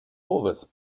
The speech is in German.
bowis